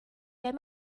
wenn